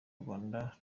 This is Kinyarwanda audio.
rwanda